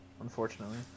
unfortunately